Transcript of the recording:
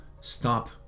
stop